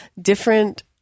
different